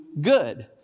good